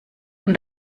und